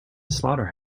slaughter